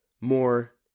more